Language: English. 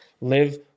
live